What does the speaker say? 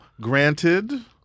granted